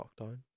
Lockdown